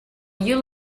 you